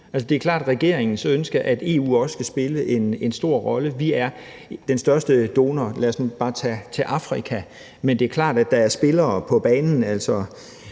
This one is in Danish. Det er klart regeringens ønske, at EU også skal spille en stor rolle. Vi er den største donor til f.eks. Afrika, men det er klart, at der er spillere på banen